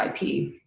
IP